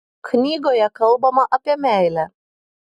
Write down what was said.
knygoje kalbama apie meilę